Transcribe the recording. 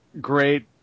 great